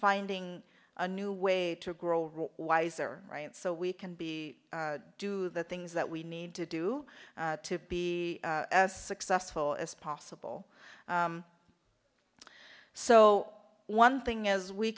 finding a new way to grow wiser right so we can be do the things that we need to do to be as successful as possible so one thing is we